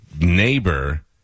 neighbor